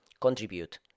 contribute